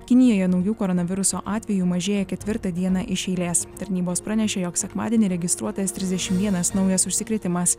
kinijoje naujų koronaviruso atvejų mažėjo ketvirtą dieną iš eilės tarnybos pranešė jog sekmadienį registruotas trisdešimt vienas naujas užsikrėtimas